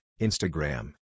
Instagram